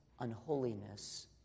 unholiness